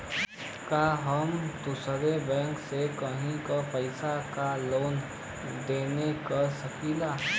का हम दूसरे बैंक से केहू के पैसा क लेन देन कर सकिला?